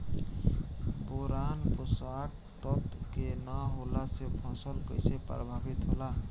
Boron पोषक तत्व के न होला से फसल कइसे प्रभावित होला?